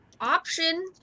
option